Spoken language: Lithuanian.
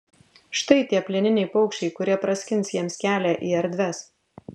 štai tie plieniniai paukščiai kurie praskins jiems kelią į erdves